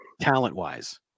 talent-wise